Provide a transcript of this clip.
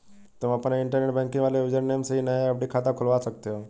तुम अपने internet banking वाले यूज़र नेम से ही नया एफ.डी खाता खुलवा सकते हो